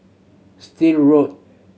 Still Road